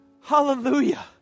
Hallelujah